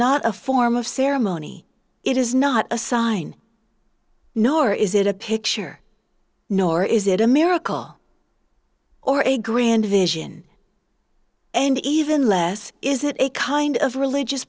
not a form of ceremony it is not a sign nor is it a picture nor is it a miracle or a grand vision and even less is it a kind of religious